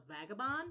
vagabond